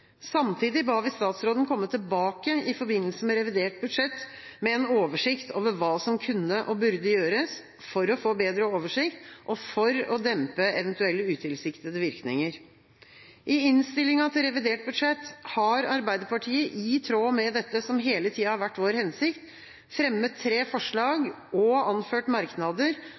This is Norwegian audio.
Samtidig ba vi statsråden komme tilbake i forbindelse med revidert budsjett med en oversikt over hva som kunne og burde gjøres, for å få bedre oversikt og for å dempe eventuelle utilsiktede virkninger. I innstillinga til revidert budsjett har Arbeiderpartiet i tråd med det som hele tida har vært vår hensikt, fremmet tre forslag